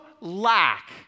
lack